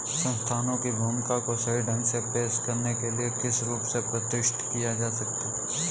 संस्थानों की भूमिका को सही ढंग से पेश करने के लिए किस रूप से प्रतिष्ठित किया जा सकता है?